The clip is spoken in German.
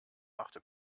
machte